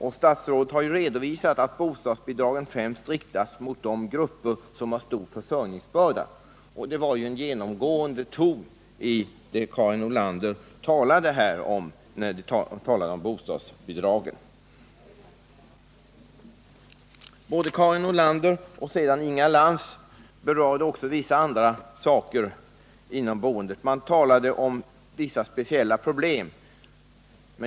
Statsrådet har redovisat att bostadsbidragen främst riktas till de grupper som har stor försörjningsbörda. Detta var också en genomgående ton i det Karin Nordlander sade när hon talade om bostadsbidragen. Både Karin Nordlander och Inga Lantz berörde också vissa andra saker inom boendet. De talade om speciella problem.